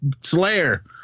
Slayer